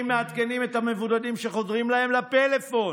מעדכנים את המבודדים שחודרים להם לפלאפון.